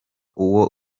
uwo